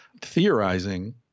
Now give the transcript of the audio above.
theorizing